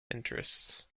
interests